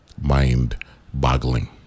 mind-boggling